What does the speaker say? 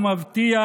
הוא מבטיח,